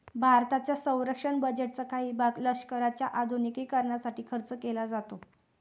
भारताच्या संरक्षण बजेटचा काही भाग लष्कराच्या आधुनिकीकरणासाठी खर्च केला जातो